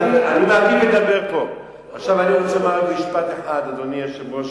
אני אומר לך, אף אחד לא ייכנס.